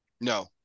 No